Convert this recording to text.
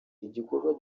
igikorwa